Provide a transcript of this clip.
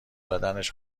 بدنش